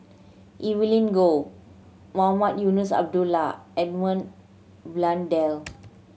Evelyn Goh Mohamed Eunos Abdullah Edmund Blundell